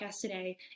today